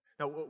Now